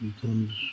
becomes